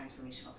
transformational